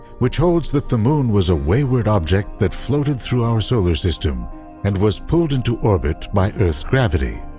which holds that the moon was a wayward object that floated through our solar system and was pulled into orbit by earth's gravity.